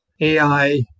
AI